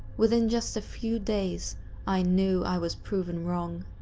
within just a few days i knew i was proven wrong.